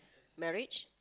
marriage